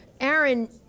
aaron